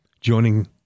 joining